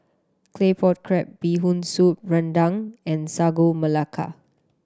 Claypot Crab Bee Hoon Soup rendang and Sagu Melaka